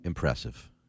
Impressive